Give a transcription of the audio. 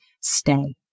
stay